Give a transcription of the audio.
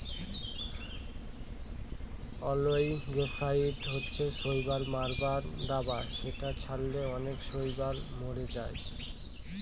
অয়েলগেসাইড হচ্ছে শৈবাল মারার দাবা যেটা ছড়ালে অনেক শৈবাল মরে যায়